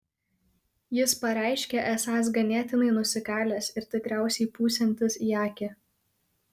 jis pareiškė esąs ganėtinai nusikalęs ir tikriausiai pūsiantis į akį